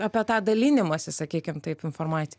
apie tą dalinimąsi sakykim taip informaciją